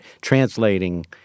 translating